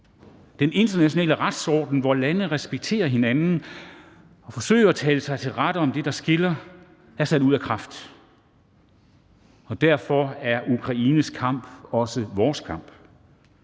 Den internationale retsorden, hvor lande respekterer hinanden og forsøger at tale sig til rette om det, der skiller dem, er sat ud af kraft. Derfor er Ukraines kamp også vores kamp.